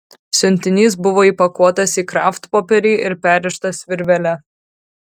siuntinys buvo įpakuotas į kraftpopierį ir perrištas virvele